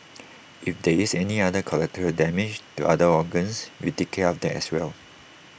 if there is any other collateral damage to other organs we take care of that as well